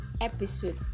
episode